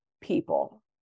people